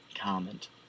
comment